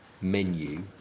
menu